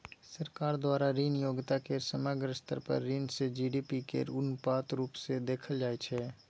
सरकार द्वारा ऋण योग्यता केर समग्र स्तर पर ऋण सँ जी.डी.पी केर अनुपात रुप सँ देखाएल जाइ छै